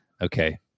Okay